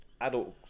adults